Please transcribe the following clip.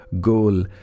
goal